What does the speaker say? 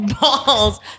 balls